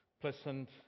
pleasant